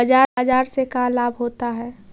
बाजार से का लाभ होता है?